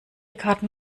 karten